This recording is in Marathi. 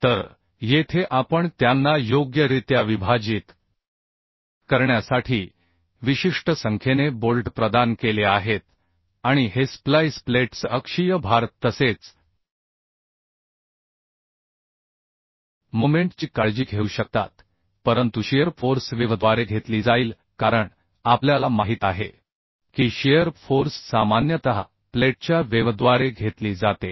तर येथे आपण त्यांना योग्यरित्या विभाजित करण्यासाठी विशिष्ट संख्येने बोल्ट प्रदान केले आहेत आणि हे स्प्लाइस प्लेट्स अक्षीय भार तसेच मोमेंट ची काळजी घेऊ शकतात परंतु शिअर फोर्स वेव्हद्वारे घेतली जाईल कारण आपल्याला माहित आहे की शिअर फोर्स सामान्यतः प्लेटच्या वेव्हद्वारे घेतली जाते